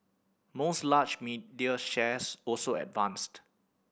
most large media shares also advanced